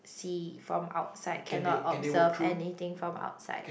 see from outside cannot observe anything from outside